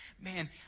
Man